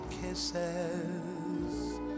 kisses